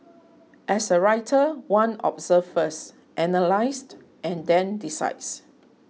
as a writer one observes first analyses and then decides